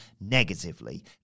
negatively